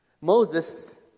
Moses